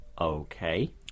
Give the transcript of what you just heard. Okay